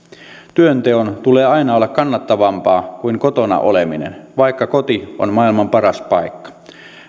työnteon tulee aina olla kannattavampaa kuin on kotona oleminen vaikka koti on maailman paras paikka